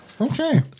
Okay